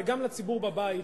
וגם לציבור בבית,